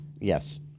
Yes